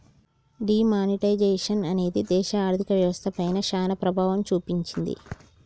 D monetisation అనేది దేశ ఆర్ధిక వ్యవస్థ పైన చానా ప్రభావం చూపించింది